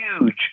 huge